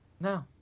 No